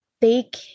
take